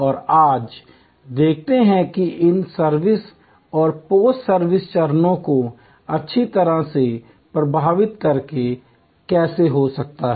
और आज देखते हैं कि इन सर्विस और पोस्ट सर्विस चरणों को अच्छी तरह से प्रबंधित करके कैसे हो सकता है